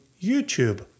YouTube